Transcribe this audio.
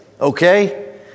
Okay